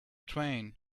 train